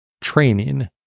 training